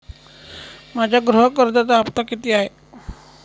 माझ्या गृह कर्जाचा हफ्ता किती आहे?